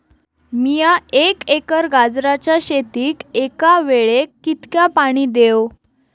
मीया एक एकर गाजराच्या शेतीक एका वेळेक कितक्या पाणी देव?